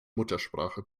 muttersprache